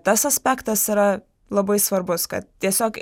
tas aspektas yra labai svarbus kad tiesiog